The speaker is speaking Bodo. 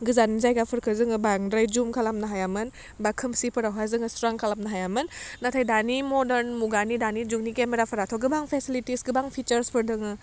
गोजान जायगाफोरखौ जोङो बांद्राय जुम खालामनो हायामोन बा खोमसिफोरावहा जोङो स्रां खालामनो हायामोन नाथाय दानि मडार्न मुगानि दानि जुगनि केमेराफोराथ गोबां फेसिलिटिस गोबां फिसार्चफोर दङ